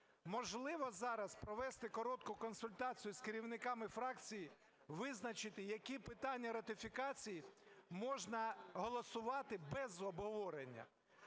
Можливо, зараз провести коротку консультацію з керівниками фракцій, визначити, які питання ратифікацій можна голосувати без обговорення.